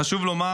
חשוב לומר,